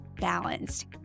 balanced